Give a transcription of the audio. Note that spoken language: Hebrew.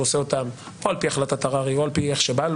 עושה אותם או על פי החלטת הררי או על פי איך שבא,